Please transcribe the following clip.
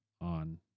on